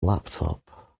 laptop